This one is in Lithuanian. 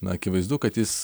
akivaizdu kad jis